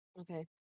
okay